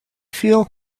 feel